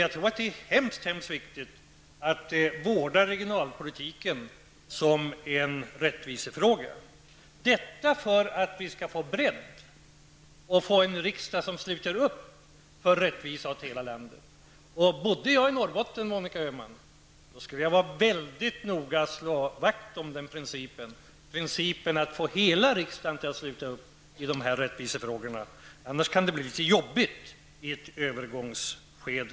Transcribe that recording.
Jag tror att det är mycket viktigt att vårda regionalpolitiken som en rättvisefråga för att vi skall få bredd och en riksdag som sluter upp för rättvisa åt hela landet. Bodde jag i Norrbotten, Monica Öhman, skulle jag vara mycket noga med att slå vakt om principen att få hela riksdagen att sluta upp bakom dessa rättvisefrågor. Annars kan det bli litet jobbigt i ett övergångsskede.